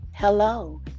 Hello